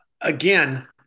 again